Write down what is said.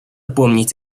помнить